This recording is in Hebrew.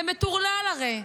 זה מטורלל הרי.